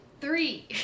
Three